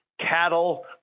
Cattle